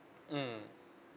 mmhmm